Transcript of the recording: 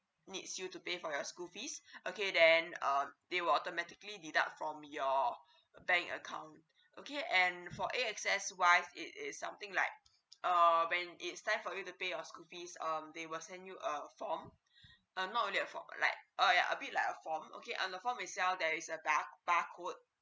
needs you to pay for your school fees okay then uh they will automatically deduct from your bank account okay and for A_X_S wise it is something like err when it's time for you to pay your school fees um they will send you a form um not only a form like uh ya a bit like a form okay on the form itself there is a bar barcode